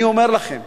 אני אומר לכם,